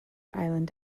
island